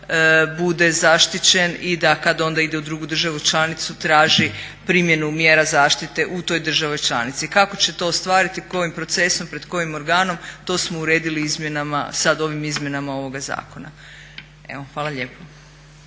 djela bude zaštićen i da kad onda ide u drugu državu članicu traži primjenu mjera zaštite u toj državi članici. Kako će to ostvariti, kojim procesom, pred kojim organom to smo uredili sad u ovim izmjenama ovoga zakona. Evo, hvala lijepo.